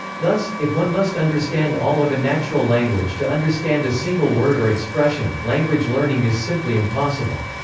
thus, if one must understand all of a natural language to understand a single word or expression, language learning is simply impossible.